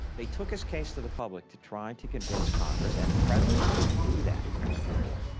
he took his case to the public to try to convince congress. and presidents didn't do that before.